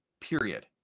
period